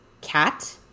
cat